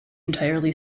entirely